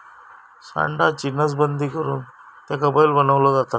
सांडाची नसबंदी करुन त्याका बैल बनवलो जाता